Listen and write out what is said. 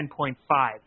10.5